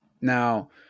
Now